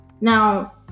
Now